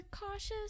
cautious